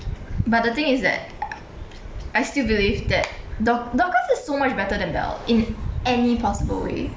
but the thing is that I still believe that dor~ dorcas is so much better than bel in any possible way